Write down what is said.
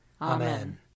Amen